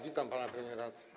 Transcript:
Witam pana premiera.